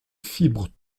fibres